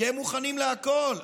כי הם מוכנים לכול.